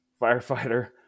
firefighter